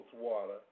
water